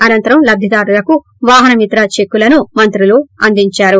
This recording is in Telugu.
అనంతరం లబ్దిదారులకు వాహనమిత్ర చెక్కులను మంత్రులు అందించారు